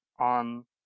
on